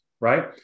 right